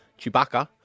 Chewbacca